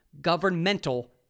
governmental